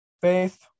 Faith